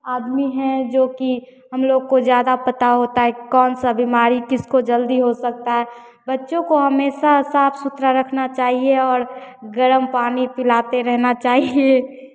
आदमी हैं जोकि हम लोग को ज़्यादा पता होता है कौन सा बीमारी किसको जल्दी हो सकता है बच्चों को हमेशा साफ सुथरा रखना चाहिए और गरम पानी पिलाते रहना चाहिए